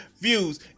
views